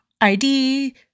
ID